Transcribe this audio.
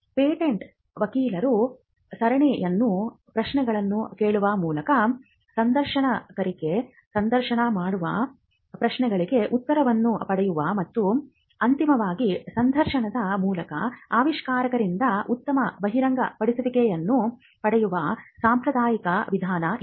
patent ವಕೀಲರು ಸರಣಿಯನ್ನು ಪ್ರಶ್ನೆಗಳನ್ನು ಕೇಳುವ ಮೂಲಕ ಸಂದರ್ಶಕರಿಗೆ ಸಂದರ್ಶನ ಮಾಡುವ ಪ್ರಶ್ನೆಗಳಿಗೆ ಉತ್ತರಗಳನ್ನು ಪಡೆಯುವ ಮತ್ತು ಅಂತಿಮವಾಗಿ ಸಂದರ್ಶನದ ಮೂಲಕ ಆವಿಷ್ಕಾರಕರಿಂದ ಉತ್ತಮ ಬಹಿರಂಗಪಡಿಸುವಿಕೆಯನ್ನು ಪಡೆಯುವ ಸಾಂಪ್ರದಾಯಿಕ ವಿಧಾನ ಇದು